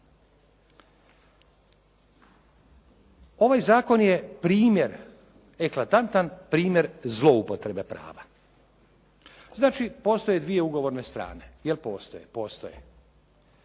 Ovaj zakon je primjer, eklatantan primjer zloupotrebe prava. Znači, postoje dvije ugovorne strane. Jel' postoje? Postoje.